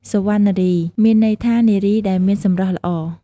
វណ្ណារី មានន័យថានារីដែលមានសម្រស់ល្អ។